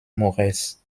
morez